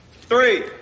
three